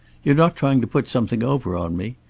you're not trying to put something over on me?